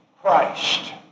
Christ